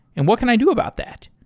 and what can i do about that?